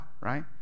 right